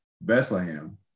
Bethlehem